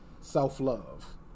self-love